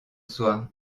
soir